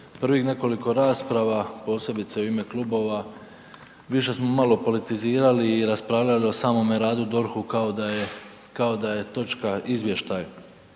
Prvih nekoliko rasprava posebice u ime klubova, više smo malo politizirali i raspravljali o samome radu, DORH-u kao da je točka izvještaj